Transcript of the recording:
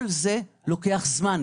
כל זה לוקח זמן.